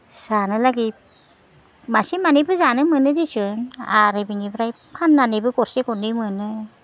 जानोलागि मासे मानैखो जानो मोनो देसुन आरो बिनिफ्राय फाननाैबो गरसे गरनै मोनो